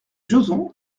joson